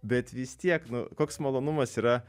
bet vis tiek nu koks malonumas yra